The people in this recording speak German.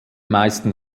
meisten